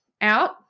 out